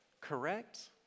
correct